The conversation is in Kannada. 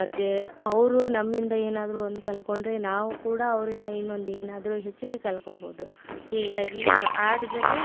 ಮತ್ತು ಅವರು ನಮ್ಮಿಂದ ಏನಾದರೂ ಒಂದು ಕಲ್ತ್ಕೊಂಡ್ರೆ ನಾವು ಕೂಡ ಅವರಿಂದ ಇನ್ನೊಂದು ಏನಾದರೂ ಹೆಚ್ಗೆ ಕಲ್ತ್ಕೋಬೋದು ಹೀಗಾಗಿ ಆಟದಲ್ಲಿ